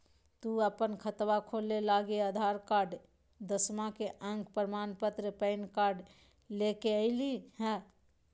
तू अपन खतवा खोलवे लागी आधार कार्ड, दसवां के अक प्रमाण पत्र, पैन कार्ड ले के अइह